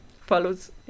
follows